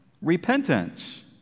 repentance